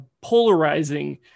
polarizing